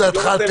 ברור.